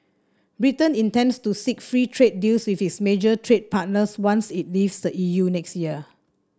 Britain intends to seek free trade deals with its major trading partners once it leaves the E U next year